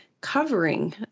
covering